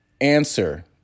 answer